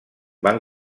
van